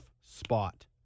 spot